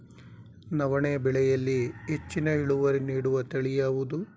ನವಣೆ ಬೆಳೆಯಲ್ಲಿ ಹೆಚ್ಚಿನ ಇಳುವರಿ ನೀಡುವ ತಳಿ ಯಾವುದು?